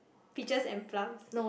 peaches and plums